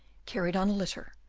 carried on a litter,